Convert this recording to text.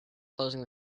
closing